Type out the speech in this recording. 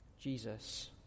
Jesus